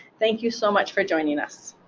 thank you so much for joining us.